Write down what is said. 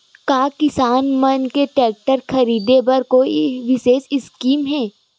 का किसान मन के टेक्टर ख़रीदे बर कोई विशेष स्कीम हे?